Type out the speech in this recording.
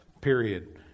Period